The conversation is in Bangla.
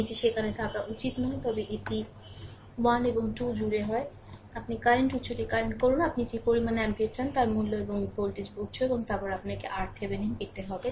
এটি সেখানে থাকা উচিত নয় তবে এটি 1 এবং 2 জুড়ে হয় আপনি কারেন্ট উত্সটি কারেন্ট করুন আপনি যে পরিমাণ অ্যাম্পিয়ার চান তার মূল্য এবং ভোল্টেজ উত্স এবং তারপরে আপনাকে RThevenin পেতে হবে